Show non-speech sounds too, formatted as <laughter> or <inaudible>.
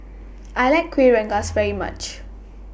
I like Kuih Rengas <noise> very much